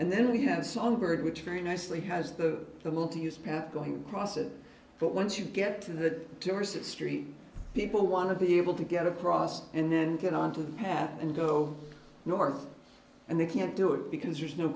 and then we have songbird which very nicely has the little to use path going across it but once you get to that tourist street people want to be able to get across and then get onto the path and go north and they can't do it because there's no